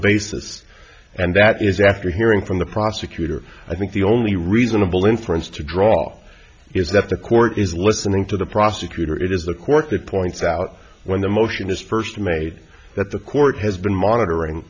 basis and that is after hearing from the prosecutor i think the only reasonable inference to draw is that the court is listening to the prosecutor it is the court that points out when the motion is first made that the court has been monitoring